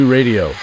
Radio